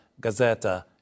Gazeta